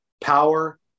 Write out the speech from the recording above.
power